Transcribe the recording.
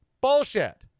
Bullshit